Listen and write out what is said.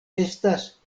estas